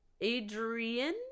adrian